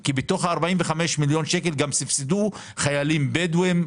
שקלים כי בתוך ה-45 מיליון שקלים גם סבסדו חיילים בדואים,